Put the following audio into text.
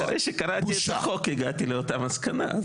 אחרי שקראתי את החוק הגעתי לאותה מסקנה,